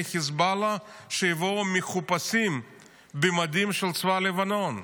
חיזבאללה שיבואו מחופשים במדים של צבא לבנון.